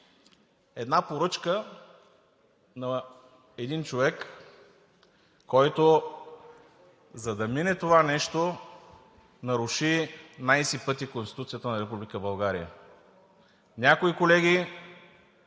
една поръчка на един човек, който, за да мине това нещо, наруши найси пъти Конституцията на Република България.